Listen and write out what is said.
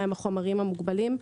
מהם החומרים המוגבלים,